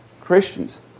Christians